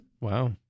Wow